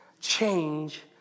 change